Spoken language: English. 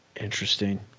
interesting